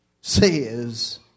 says